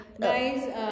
Guys